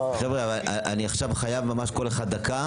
חבר'ה, אני עכשיו חייב ממש כל אחד דקה